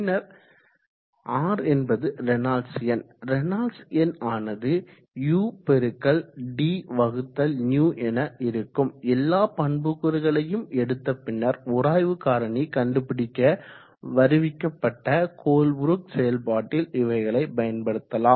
பின்னர் r என்பது Reynolds எண் ரேனால்ட்ஸ் எண் ஆனது u×dυ என இருக்கும் எல்லா பண்புக்கூறுகளையும் எடுத்த பின்னர் உராய்வு காரணி கண்டுபிடிக்க வருவிக்கப்பட்ட கோல்ப்ரூக் செயல்பாட்டில் இவைகளை பயன்படுத்தலாம்